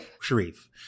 Sharif